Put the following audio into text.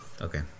Okay